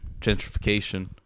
Gentrification